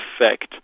effect